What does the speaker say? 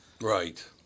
Right